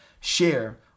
share